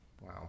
Wow